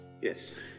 Yes